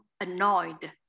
annoyed